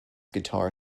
guitar